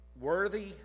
Worthy